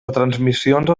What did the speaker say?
retransmissions